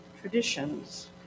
traditions